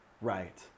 right